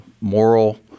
moral